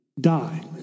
die